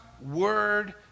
word